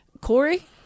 Corey